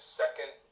second